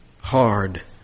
hard